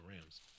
Rams